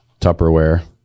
Tupperware